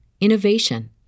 innovation